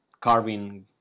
carving